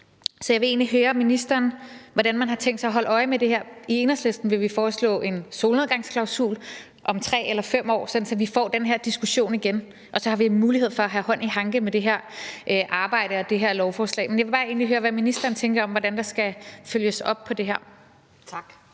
Så jeg vil egentlig høre ministeren, hvordan man har tænkt sig at holde øje med det her. I Enhedslisten vil vi foreslå en solnedgangsklausul om 3 eller 5 år, sådan at vi får den her diskussion igen, og så vi har mulighed for at have hånd i hanke med det her arbejde og det her lovforslag. Men jeg vil egentlig bare høre, hvad ministeren tænker om, hvordan der skal følges op på det her. Kl.